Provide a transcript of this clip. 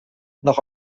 noch